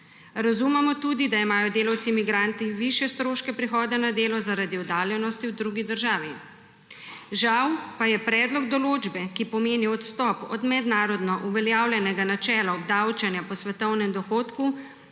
Razumemo tudi, da imajo delavci migranti višje stroške prihoda na delo zaradi oddaljenosti v drugi državi. Žal pa je predlog določbe, ki pomeni odstop od mednarodno uveljavljenega načela obdavčenja po svetovnem dohodku